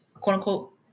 quote-unquote